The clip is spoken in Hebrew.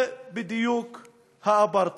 זה בדיוק אפרטהייד.